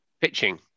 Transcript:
pitching